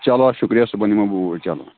چلو اَدٕ شُکریہ صُبحَن یِمہو بہٕ اوٗرۍ چلو